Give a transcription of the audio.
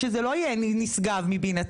שזה לא יהיה נשגב מבינתנו.